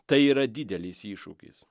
tai yra didelis iššūkis